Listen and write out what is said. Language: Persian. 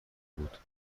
بود